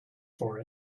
for